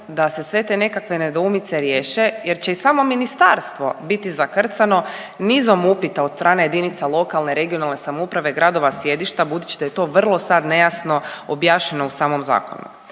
da se sve te nekakve nedoumice rješenje jer će i samo ministarstvo biti zakrcano nizom upita od strane jedinica lokalne regionalne samouprave, gradova sjedišta budući da je to vrlo sad nejasno objašnjeno u samom zakonu.